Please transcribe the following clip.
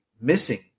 missing